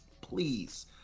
please